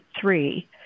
three